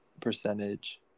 percentage